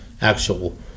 actual